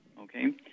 Okay